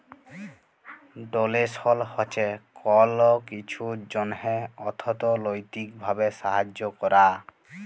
ডোলেসল হছে কল কিছুর জ্যনহে অথ্থলৈতিক ভাবে সাহায্য ক্যরা